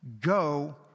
Go